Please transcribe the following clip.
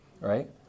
right